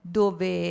dove